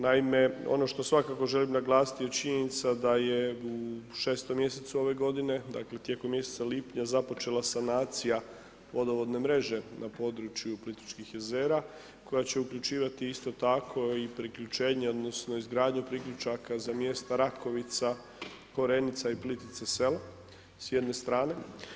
Naime, ono što svakako želim naglasiti je činjenica da je u 6. mjesecu ove godine, dakle tijekom mjeseca lipnja započela sanacija vodovodne mreže na području Plitvičkih jezera koja će uključivati isto tako i priključenje, odnosno izgradnju priključaka za mjesta Rakovica, Korenica i Plitvica Selo s jedne strane.